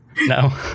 No